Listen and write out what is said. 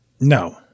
No